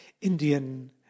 Indian